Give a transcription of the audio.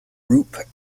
group